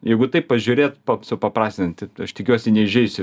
jeigu taip pažiūrėt supaprastinti aš tikiuosi neįžeisiu